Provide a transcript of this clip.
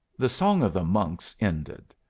the song of the monks ended.